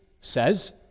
says